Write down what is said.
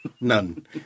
none